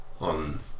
on